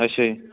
ਅੱਛਾ ਜੀ